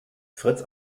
fritz